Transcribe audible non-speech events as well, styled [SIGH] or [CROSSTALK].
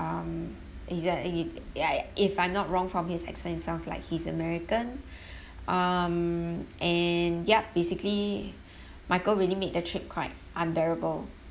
um he's a it ya ya if I'm not wrong from his accent it sounds like he's american [BREATH] um and yup basically michael really made the trip quite unbearable